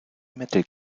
metal